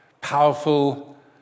Powerful